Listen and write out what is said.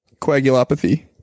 Coagulopathy